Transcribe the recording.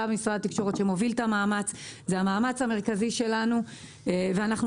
במשרד התקשורת שמוביל את המאמץ ואת המאמץ המרכזי שלנו.